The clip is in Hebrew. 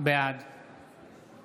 בעד